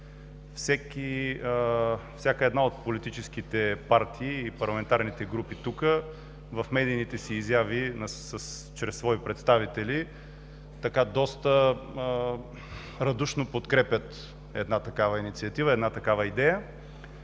Всяка една от политическите партии или парламентарните групи тук в медийните си изяви чрез свои представители доста радушно подкрепят такава инициатива, такава идея.